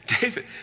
David